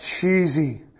cheesy